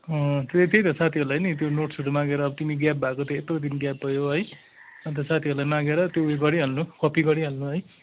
अँ त्यही त्यही त साथीहरूलाई नि त्यो नोट्सहरू मागेर तिमी ग्याब भएको यत्रो दिन ग्याब भयो है अन्त साथीहरूलाई मागेर त्यो उयो गरिहाल्नु कपी गरिहाल्नु है